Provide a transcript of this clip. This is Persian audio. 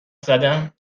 زدم